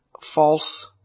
false